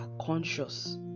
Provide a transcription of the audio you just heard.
conscious